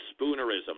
Spoonerism